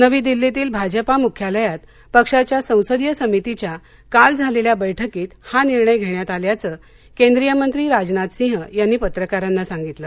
नवी दिल्लीतील भाजपा मुख्यालयात पक्षाच्या संसदीय समितीच्या काल झालेल्या बैठकीत हा निर्णय घेण्यात आल्याचं केंद्रीय मंत्री राजनाथ सिंह यांनी पत्रकारांना सांगितलं